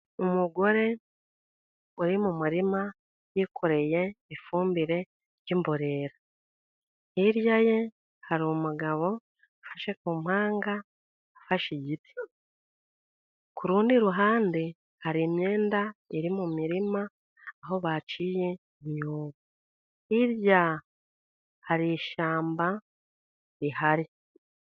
Umugore uri mu murima yikoreye ifumbire ry'imborera, hirya ye hari umugabo ufashe ku mpanga ufashe igiti. Ku rundi ruhande hari imyenda iri mu mirima aho baciye imyobo, hirya hari ishyamba rihari.